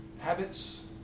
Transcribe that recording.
habits